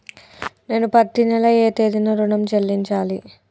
నేను పత్తి నెల ఏ తేదీనా ఋణం చెల్లించాలి?